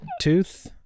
Tooth